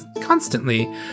constantly